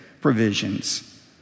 provisions